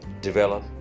Develop